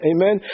Amen